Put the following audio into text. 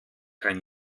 kein